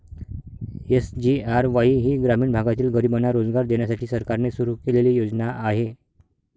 SGRY ही ग्रामीण भागातील गरिबांना रोजगार देण्यासाठी सरकारने सुरू केलेली योजना आहे